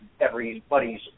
Everybody's